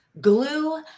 Glue